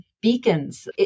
beacons